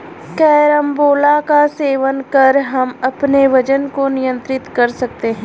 carambola का सेवन कर हम अपने वजन को नियंत्रित कर सकते हैं